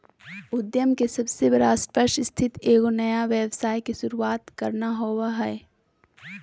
उद्यम के सबसे बड़ा स्पष्ट स्थिति एगो नया व्यवसाय के शुरूआत करना होबो हइ